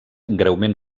greument